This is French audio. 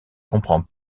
comprend